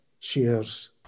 Cheers